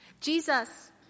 Jesus